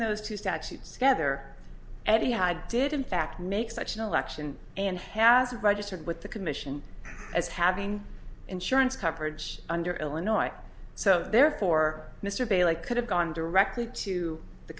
those two statutes gather and he had did in fact make such an election and has registered with the commission as having insurance coverage under illinois so therefore mr bailey could have gone directly to the